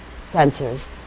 sensors